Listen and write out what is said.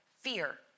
fear